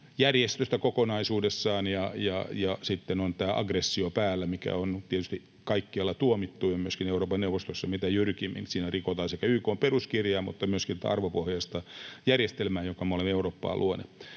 järjestöstä kokonaisuudessaan ja sitten on tämä aggressio päällä, mikä on tietysti kaikkialla tuomittu ja myöskin Euroopan neuvostossa mitä jyrkimmin. Siinä rikotaan YK:n peruskirjaa mutta myöskin tätä arvopohjaista järjestelmää, jonka me olemme Eurooppaan luoneet.